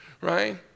right